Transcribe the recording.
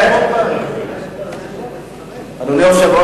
אדוני היושב-ראש,